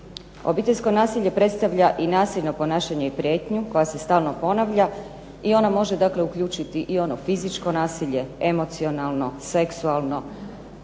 Obiteljsko nasilje predstavlja i nasilno ponašanje i prijetnju koja se stalno ponavlja i ona može dakle uključiti i ono fizičko nasilje, emocionalno, seksualno,